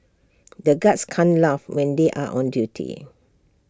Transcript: the guards can't laugh when they are on duty